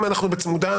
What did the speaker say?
אם אנחנו בצמודה,